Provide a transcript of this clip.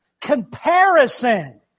Comparison